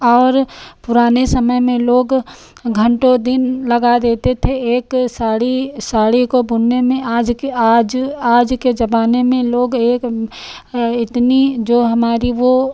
और पुराने समय में लोग घन्टों दिन लगा देते थे एक साड़ी साड़ी को बुनने में आज के आज आज के ज़माने में लोग एक इतनी जो हमारी वह